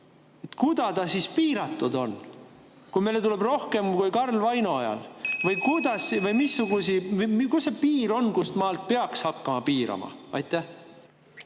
Kuidas ta siis piiratud on, kui meile tuleb rohkem kui Karl Vaino ajal? Kus see piir on, kustmaalt peaks hakkama piirama? Peab